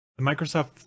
Microsoft